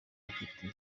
bafitanye